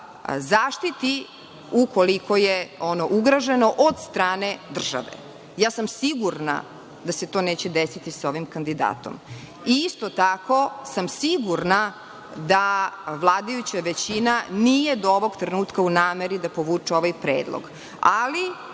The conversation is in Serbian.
zaštiti, ukoliko je ono ugroženo od strane države. Sigurna sam da se to neće desiti sa ovim kandidatom. Isto tako sam sigurna da vladajuća većina nije do ovog trenutka u nameri da povuče ovaj predlog. Ali,